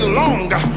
longer